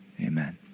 Amen